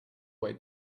way